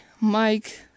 Mike